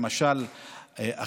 למשל,